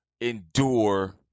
endure